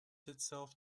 itself